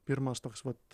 pirmas toks vat